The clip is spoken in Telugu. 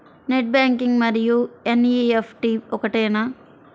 నెట్ బ్యాంకింగ్ మరియు ఎన్.ఈ.ఎఫ్.టీ ఒకటేనా?